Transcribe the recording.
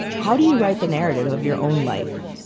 how do you write the narrative of your own life?